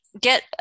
get